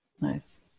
Nice